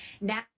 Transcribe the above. Now